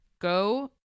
go